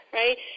right